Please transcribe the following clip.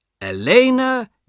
Elena